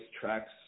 tracks